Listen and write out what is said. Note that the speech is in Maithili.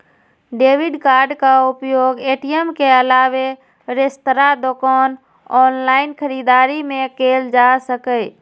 डेबिट कार्डक उपयोग ए.टी.एम के अलावे रेस्तरां, दोकान, ऑनलाइन खरीदारी मे कैल जा सकैए